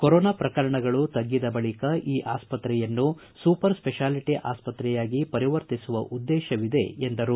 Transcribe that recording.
corona ಪ್ರಕರಣಗಳು ತ್ನಿದ ಬಳಿಕ ಈ ಆಸ್ತ್ರೆಯನ್ನು ಸೂವರ್ ಸೆಪಾಲಿಟಿ ಆಸ್ತ್ರೆಯಾಗಿ ಪರಿವರ್ತಿಸುವ ಉದ್ದೇಶ ಇದೆ ಎಂದರು